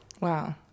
Wow